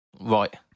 Right